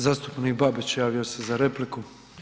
Zastupnik Babić javio se za repliku.